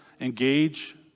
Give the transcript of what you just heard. engage